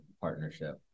partnership